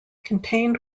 contained